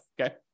okay